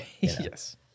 Yes